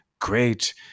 great